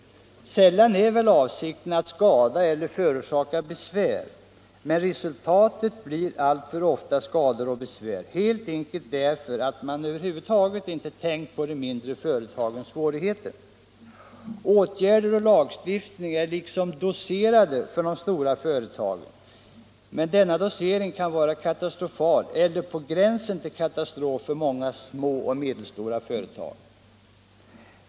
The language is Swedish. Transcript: Sällan är väl avsikten att skada eller att förorsaka besvär, men resultatet blir alltför ofta skador och besvär, helt enkelt därför att man över huvud taget inte tänkt på de mindre företagens svårigheter. Åtgärder och lagstiftning är liksom doserade för de stora företagen. Men denna dosering kan vara katastrofal eller på gränsen till katastrof för många små och medelstora företag.